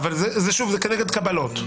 אבל זה גם כנגד קבלות.